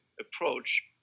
approach